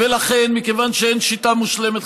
מכיוון שאין שיטה מושלמת,